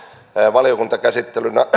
valiokuntakäsittelyn